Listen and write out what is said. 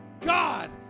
god